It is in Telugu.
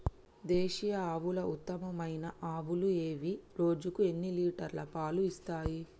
దేశీయ ఆవుల ఉత్తమమైన ఆవులు ఏవి? రోజుకు ఎన్ని లీటర్ల పాలు ఇస్తాయి?